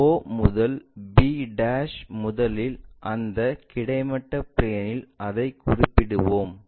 o to b முதலில் அந்த கிடைமட்ட பிளேன்இல் அதைக் குறிப்பிடுவோம்